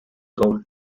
gould